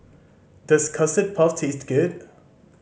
does Custard Puff taste good